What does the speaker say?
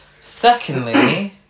Secondly